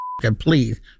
please